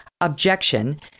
objection